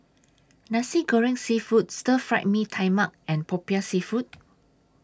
Nasi Goreng Seafood Stir Fried Mee Tai Mak and Popiah Seafood